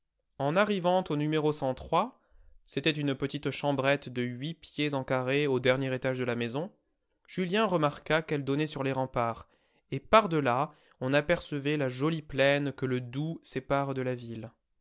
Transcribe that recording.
en arrivant au c'était une petite chambrette de huit pieds en carré au dernier étage de la maison julien remarqua qu'elle donnait sur les remparts et par-delà on apercevait la jolie plaine que le doubs sépare de la ville